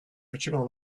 facevano